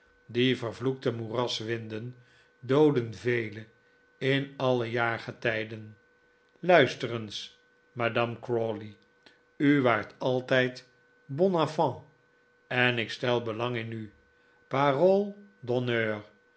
die vervloekte moeraswinden dooden velen in alle jaargetijden luister eens madame crawley u waart altijd bon enfant en ik stel belang in u parole d'honneur